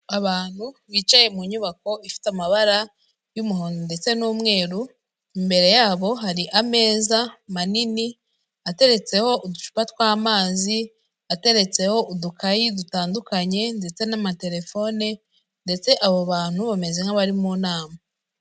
Abantu bicaye mu nyubako ifite amabara y'umuhondo ndetse n'umweru, imbere yabo hari ameza manini ateretseho uducupa tw'amazi, ateretseho udukayi dutandukanye ndetse n'amatelefone ndetse abo bantu bameze nk'abari mu nama.